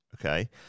okay